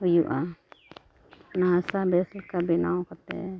ᱦᱩᱭᱩᱜᱼᱟ ᱚᱱᱟ ᱦᱟᱥᱟ ᱵᱮᱥ ᱞᱮᱠᱟ ᱵᱮᱱᱟᱣ ᱠᱟᱛᱮᱫ